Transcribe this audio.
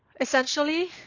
Essentially